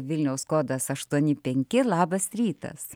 vilniaus kodas aštuoni penki labas rytas